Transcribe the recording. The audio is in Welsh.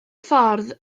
ffordd